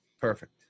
perfect